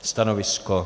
Stanovisko?